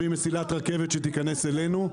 אצלנו, שתיכנס אלינו.